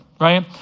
right